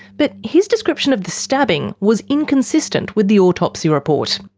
but his description of the stabbing was inconsistent with the autopsy report.